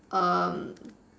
um